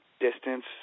distance